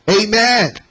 Amen